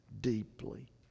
deeply